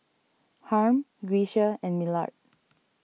Harm Grecia and Millard